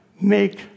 make